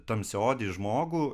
tamsiaodį žmogų